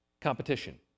competition